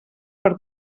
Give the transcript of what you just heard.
per